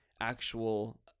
actual